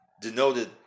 denoted